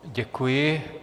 Děkuji.